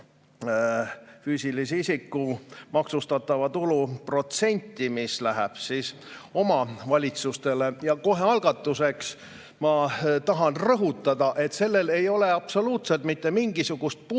füüsilise isiku maksustatava tulu protsenti, mis läheb omavalitsustele. Kohe algatuseks ma tahan rõhutada, et sellel ei ole absoluutselt mitte mingisugust puutumust,